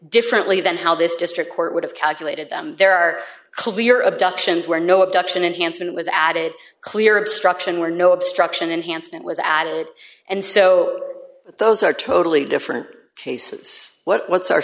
differently than how this district court would have calculated that there are clear abductions where no abduction enhancement was added clear obstruction where no obstruction enhancement was added and so those are totally different cases what's our